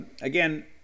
again